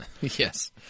Yes